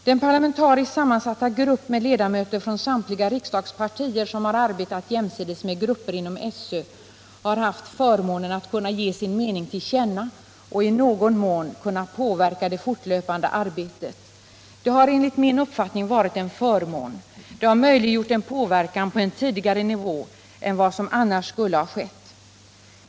Den parlamentariskt sammansatta grupp med ledamöter från samtliga riksdagspartier som har arbetat jämsides med grupper inom SÖ har haft förmånen att kunna ge sin mening till känna och i någon mån kunna påverka det fortlöpande arbetet. Det har enligt min uppfattning varit en förmån. Det har möjliggjort en påverkan på ett tidigare stadium än vad som annars skulle ha blivit möjligt.